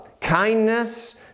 kindness